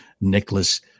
Nicholas